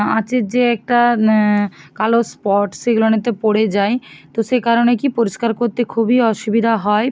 আঁচের যে একটা কালো স্পট সেগুলা অনেকতে পড়ে যায় তো সে কারণে কি পরিষ্কার করতে খুবই অসুবিধা হয়